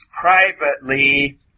privately